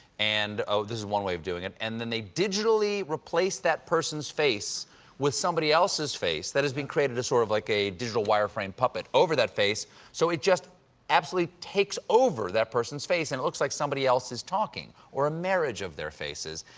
and this is one way of doing it and then they digitally replace that person's face with somebody else's face that has been created as sort of like a digital wire frame puppet over that face so it just actually takes over that person's face and it looks like somebody else is talking or a marriage of their faces.